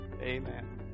Amen